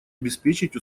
обеспечить